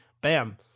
bam